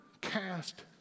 cast